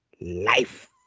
Life